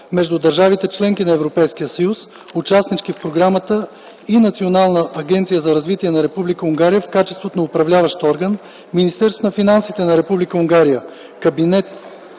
между държавите – членки на Европейския съюз, участнички в програмата, и Национална агенция за развитие на Република Унгария в качеството на Управляващ орган, Министерството на финансите на Република Унгария – Кабинета